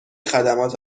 خدمات